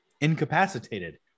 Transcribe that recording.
incapacitated